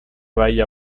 vaya